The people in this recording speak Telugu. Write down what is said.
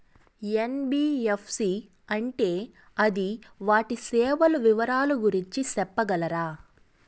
ఎన్.బి.ఎఫ్.సి అంటే అది వాటి సేవలు వివరాలు గురించి సెప్పగలరా?